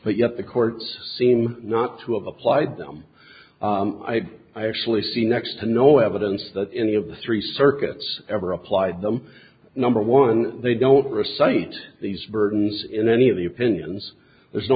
and yet the courts seem not to have applied them i actually see next to no evidence that any of the three circuits ever applied them number one they don't recite these burdens in any of the opinions there's no